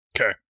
Okay